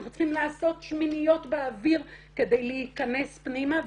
אנחנו צריכים לעשות שמיניות באוויר כדי להיכנס פנימה,